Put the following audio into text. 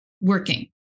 working